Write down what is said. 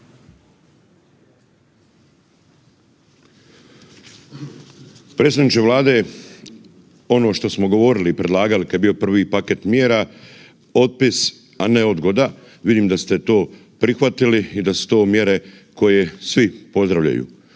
Predsjedniče Vlade, ono što smo govorili i predlagali kad je bio prvi paket mjera, otpis, a ne odgoda, vidim da ste to prihvatili i da su to mjere koje svi pozdravljaju.